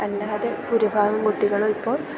അല്ലാതെ ഭൂരിഭാഗം കുട്ടികളും ഇപ്പോൾ